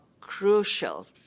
crucial